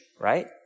right